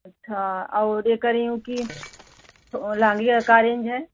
अच्छा और ये कह रही हूँ कि लहंगे का का रेंज है